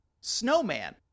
Snowman